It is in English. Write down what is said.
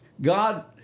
God